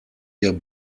ihr